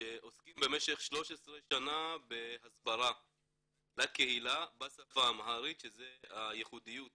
שעוסקים במשך 13 שנה בהסברה לקהילה בשפה האמהרית שזו הייחודיות בעצם,